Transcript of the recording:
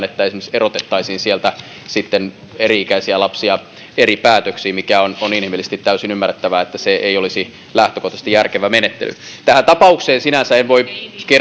että esimerkiksi erotettaisiin sieltä sitten eri ikäisiä lapsia eri päätöksiin mikä on inhimillisesti täysin ymmärrettävää että se ei olisi lähtökohtaisesti järkevä menettely tähän tapaukseen sinänsä en voi